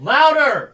Louder